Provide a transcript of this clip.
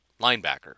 linebacker